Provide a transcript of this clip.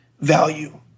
Value